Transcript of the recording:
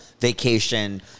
vacation